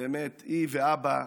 באמת היא ואבא,